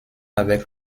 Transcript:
avec